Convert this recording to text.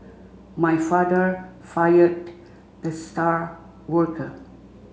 my father fired the star worker